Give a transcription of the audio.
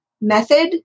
method